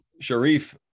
Sharif